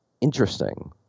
interesting